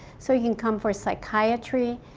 so, you can come for psychiatry,